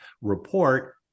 report